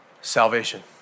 salvation